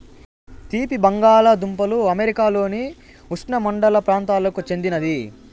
తీపి బంగాలదుంపలు అమెరికాలోని ఉష్ణమండల ప్రాంతాలకు చెందినది